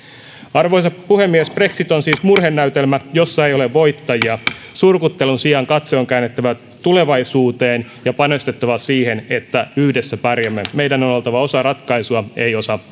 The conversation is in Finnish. arvoisa puhemies brexit on siis murhenäytelmä jossa ei ole voittajia surkuttelun sijaan katse on käännettävä tulevaisuuteen ja panostettava siihen että yhdessä pärjäämme meidän on oltava osa ratkaisua ei osa